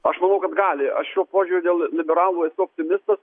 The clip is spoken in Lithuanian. aš manau kad gali o šiuo požiūriu dėl liberalų esu optimistas